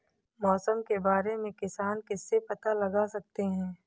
मौसम के बारे में किसान किससे पता लगा सकते हैं?